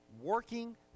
working